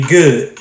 good